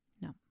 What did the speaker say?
No